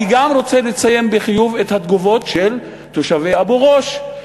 אני גם רוצה לציין בחיוב את התגובות של תושבי אבו-גוש,